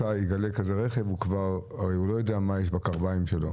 יגלה כזה רכב הרי הוא לא יודע מה יש בקרביים שלו.